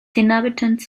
inhabitants